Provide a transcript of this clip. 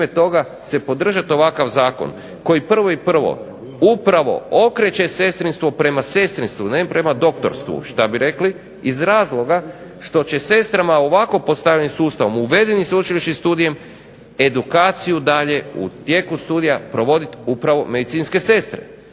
toga se podržati ovakav zakon koji prvo i prvo upravo okreće sestrinstvo prema sestrinstvu ne prema doktorstvu što bi rekli iz razloga što će sestrama ovako postavljenim sustavom, uvedenim sveučilišnim studijem edukaciju dalje u tijeku studija provoditi upravo medicinske sestre.